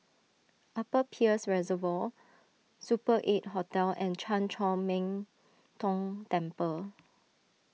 Upper Peirce Reservoir Super eight Hotel and Chan Chor Min Tong Temple